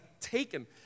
taken